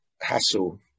hassle